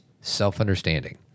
self-understanding